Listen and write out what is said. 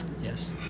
Yes